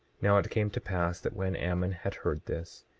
now, it came to pass that when ammon had heard this,